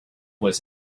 was